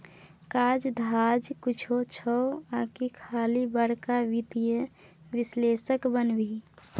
काज धाज किछु छौ आकि खाली बड़का वित्तीय विश्लेषक बनभी